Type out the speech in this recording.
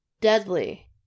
Deadly